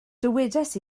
dywedais